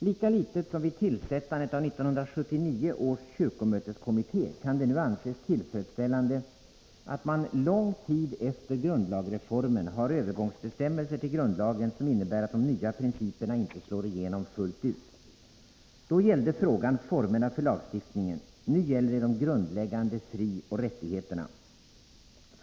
Lika litet som vid tillsättandet av 1979 års kyrkomöteskommitté kan det nu anses tillfredsställande ”att man lång tid efter grundlagreformen har övergångsbestämmelser till grundlagen som innebär att de nya principerna inte slår igenom fullt ut”. Då gällde frågan formerna för lagstiftningen. Nu gäller det de grundläggande frioch rättigheterna.